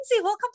welcome